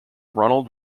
ronald